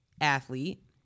athlete